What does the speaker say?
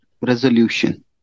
resolution